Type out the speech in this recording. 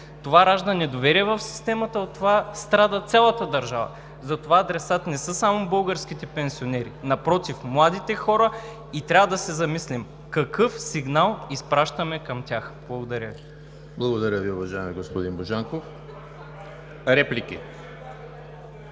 Това ражда недоверие в системата, а от това страда цялата държава. Затова адресат не са само българските пенсионери, напротив, младите хора, и трябва да се замислим какъв сигнал изпращаме към тях. Благодаря. ПРЕДСЕДАТЕЛ ЕМИЛ ХРИСТОВ: Благодаря Ви, уважаеми господин Божанков. Реплики?